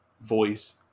voice